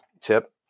tip